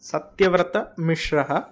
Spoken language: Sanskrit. सत्यव्रतमिश्रः